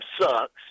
sucks